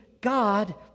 God